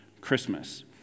Christmas